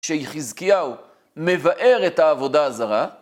כשחזקיהו מבאר את העבודה הזרה,